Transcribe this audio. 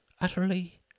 utterly